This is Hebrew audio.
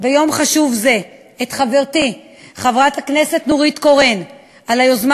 ביום חשוב זה את חברתי חברת הכנסת נורית קורן על היוזמה